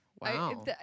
Wow